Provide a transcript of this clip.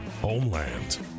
Homeland